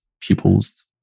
pupils